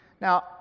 Now